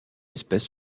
espèce